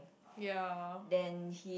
ya